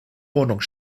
wohnung